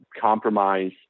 compromise